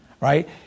right